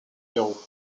pérou